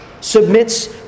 submits